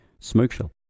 Smokeshell